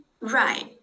Right